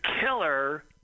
killer